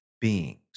beings